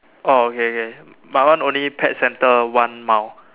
oh okay okay my one only pet centre one mile